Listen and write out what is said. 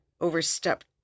overstepped